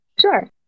Sure